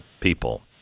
people